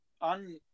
on